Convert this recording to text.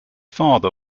father